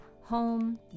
home